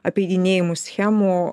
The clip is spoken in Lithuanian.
apeidinėjimų schemų